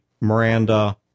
Miranda